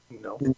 No